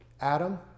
Adam